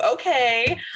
okay